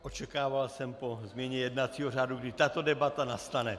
Očekával jsem po změně jednacího řádu, kdy tato debata nastane.